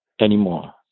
anymore